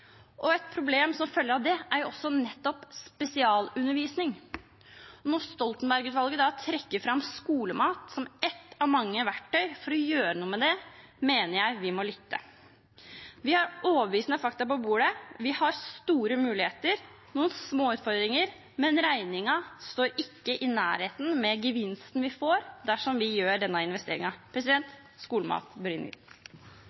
land. Et problem som følger av det, er nettopp spesialundervisning. Når Stoltenberg-utvalget trekker fram skolemat som ett av mange verktøy for å gjøre noe med det, mener jeg vi må lytte. Vi har overbevisende fakta på bordet, vi har store muligheter, noen små utfordringer, men regningen står ikke i nærheten av gevinsten vi får dersom vi gjør denne